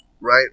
right